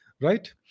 right